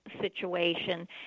situation